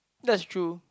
that's true